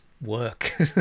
work